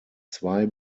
zwei